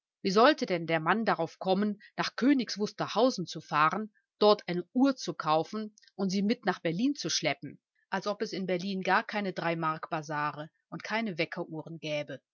wie sollte denn der mann darauf kommen nach königs wusterhausen hausen zu fahren dort eine uhr zu kaufen und sie mit nach berlin zu schleppen als ob es in berlin gar keine drei mark bazare und keine weckeruhren gäbe